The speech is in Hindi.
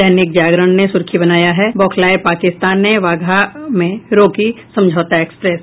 दैनिक जागरण ने सुर्खी बनाया है बौखलाए पाकिस्तान ने वाघा में रोकी समझौता एक्सप्रेस